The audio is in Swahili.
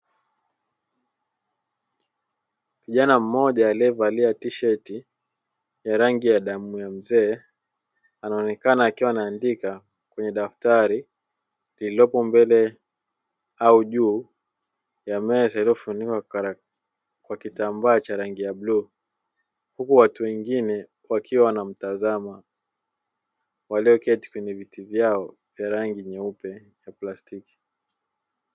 Kijana mmoja aliyevalia tisheti ya rangi ya damu ya mzee anaonekana akiwa anaandika kwenye daftari lililopo mbele au juu ya meza iliyofunikwa kwa kitambaa cha rangi ya bluu, huku watu wengine wakiwa wanamtazama walioketi kwenye viti vyao vya rangi plastiki.